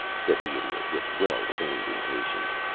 said the idiot, with well-feigned impatience,